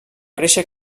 créixer